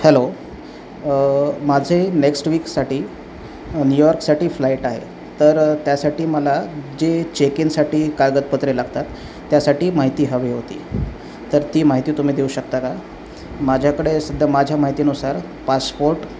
hello माझे next वीकसाठी न्यूयॉर्कसाठी फ्लाईट आहे तर त्यासाठी मला जे चेक इनसाठी कागदपत्रे लागतात त्यासाठी माहिती हवी होती तर ती माहिती तुम्ही देऊ शकता का माझ्याकडे सध्या माझ्या माहितीनुसार पासपोर्ट